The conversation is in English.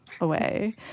away